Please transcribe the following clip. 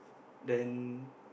then